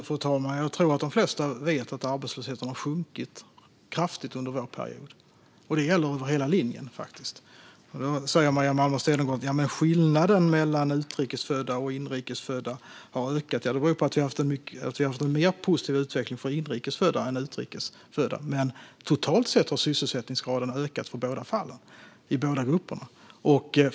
Fru talman! Jag tror att de flesta vet att arbetslösheten har sjunkit kraftigt under vår period, och det gäller faktiskt över hela linjen. Maria Malmer Stenergard säger att skillnaden mellan utrikes och inrikesfödda har ökat. Det beror på att vi har haft en mer positiv utveckling för inrikes än för utrikesfödda, men totalt sett har sysselsättningsgraden ökat för båda grupperna.